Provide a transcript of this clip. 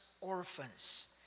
orphans